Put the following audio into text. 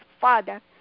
Father